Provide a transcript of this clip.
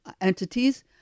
entities